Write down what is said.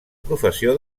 professió